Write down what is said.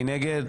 מי נגד?